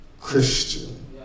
Christian